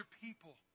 people